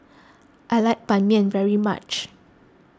I like Ban Mian very much